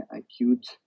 acute